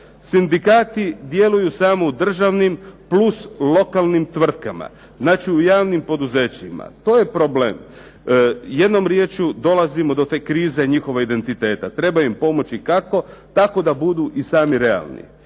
Sindikati djeluju samo u državnim plus lokalnim tvrtkama, znači u javnim poduzećima. To je problem. Jednom rječju, dolazimo do te krize njihova identiteta. Treba im pomoći kako, tako da budu i sami realni.